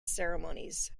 ceremonies